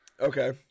Okay